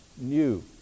new